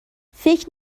فکر